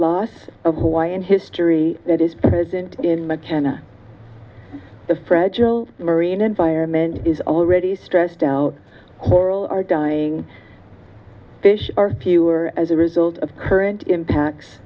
loss of why and history that is present in the fragile marine environment is already stressed out coral are dying fish are fewer as a result of current impacts